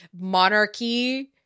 monarchy